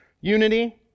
Unity